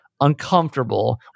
uncomfortable